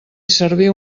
serviu